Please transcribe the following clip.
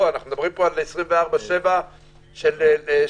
אנחנו מדברים פה על 24/7 של שבעה,